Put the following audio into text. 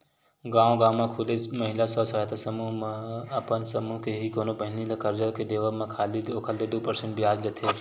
गांव गांव म खूले महिला स्व सहायता समूह मन ह अपन समूह के ही कोनो बहिनी ल करजा के देवब म खाली ओखर ले दू परसेंट बियाज लेथे